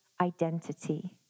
identity